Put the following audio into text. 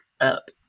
up